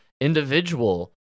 individual